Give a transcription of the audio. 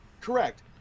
Correct